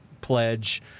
Pledge